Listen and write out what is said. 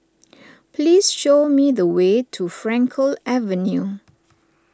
please show me the way to Frankel Avenue